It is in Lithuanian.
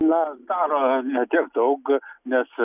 na daro ne tiek daug nes